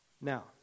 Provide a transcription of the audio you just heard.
Now